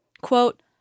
Quote